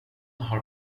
har